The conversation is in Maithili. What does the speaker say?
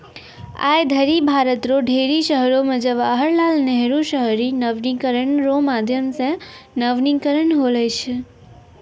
आय धरि भारत रो ढेरी शहरो मे जवाहर लाल नेहरू शहरी नवीनीकरण रो माध्यम से नवीनीकरण होलौ छै